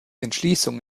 entschließung